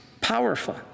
Powerful